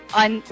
on